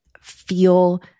feel